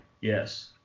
yes